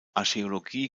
archäologie